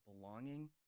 belonging